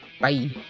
Bye